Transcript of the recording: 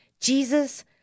Jesus